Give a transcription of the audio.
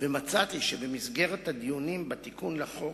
ומצאתי שבמסגרת הדיונים בתיקון לחוק